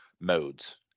modes